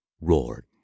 roared